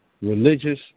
religious